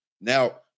now